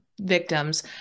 victims